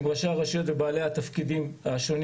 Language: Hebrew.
עם ראשי הרשויות ובעלי התפקידים השונים